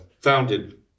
founded